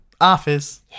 office